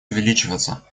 увеличиваться